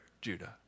Judah